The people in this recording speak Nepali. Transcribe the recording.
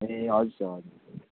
ए हजुर सर हजुर